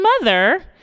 mother